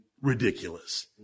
ridiculous